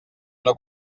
una